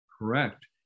Correct